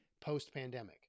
post-pandemic